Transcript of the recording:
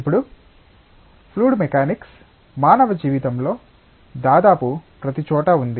ఇప్పుడుఫ్లూయిడ్ mechanics మానవ జీవితంలో దాదాపు ప్రతిచోటా ఉంది